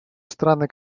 страны